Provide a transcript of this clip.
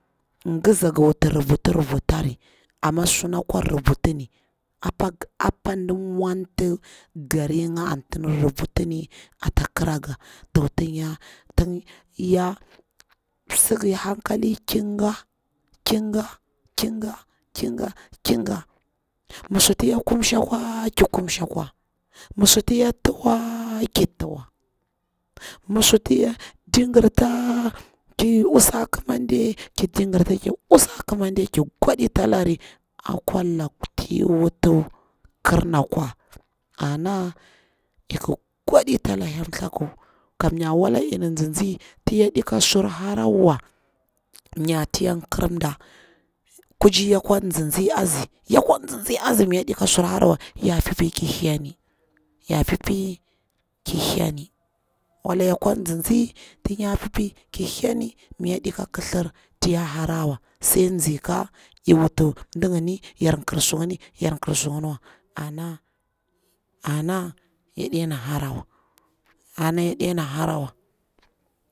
Ngiza ngi wuta rubuti rubutari amma suna kwa rubutini apa, apa nɗi mwanti garir nga anti nɗi rubuta anti di rubutuni ata kra nga tin ya tsiki hankali kinga kinga ki nga, kin nga mi suti ya kumshi akwa ki kumshi kwa mi suti ya tuwa ki tuwa, mi suti ya ɗigirta ki usa kimande, ki digirta ki usa ƙimande, ki gwadita lari akwa laku tii wuti kirna kwa, ana ik gwadita la hyel thaku kamaya wala nya nzinzi ti yaɗika sur hara wa, myati ya kir mda, kuci yakwa nzinzi a nzi, ya kwa nzi nzi azi mi yaɗi ka sur horawa ya pipi ki heni, ya pipi ki heni, wala ya kwa nzinzi tin ya pipi ki heni, mi yaɗi ko kithlir ti ya harawa, sai tsika mdigini yar kir mdigini ki mdi gini wa, ana ana yana harawa, ana yadina harawa.